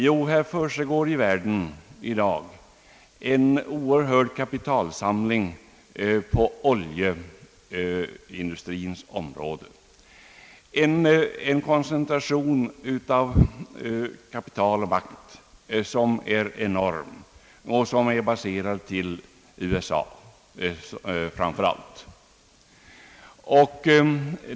Jo, här försiggår i världen i dag en mycket stor kapitalsamling på oljeindustrins område — en koncentration av kapital och makt som är enorm och som framför allt är baserad till USA.